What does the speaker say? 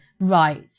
right